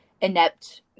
inept